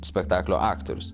spektaklio aktorius